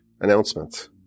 announcement